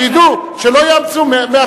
שידעו, שלא יאמצו.